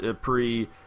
pre